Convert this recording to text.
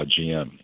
GM